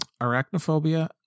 Arachnophobia